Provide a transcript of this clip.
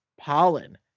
Pollen